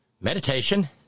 meditation